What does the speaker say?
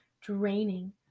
draining